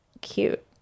cute